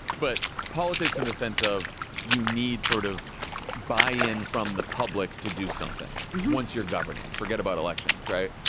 but politics in the sense of you need sort of buy in from the public to do something once you're governing. forget about elections. right.